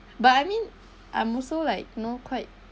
but I mean I'm also like you know quite